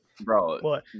bro